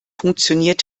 funktioniert